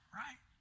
right